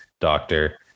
doctor